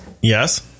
Yes